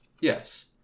Yes